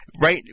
right